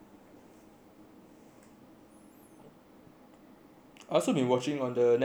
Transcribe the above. also been watching on the Netlix party you got try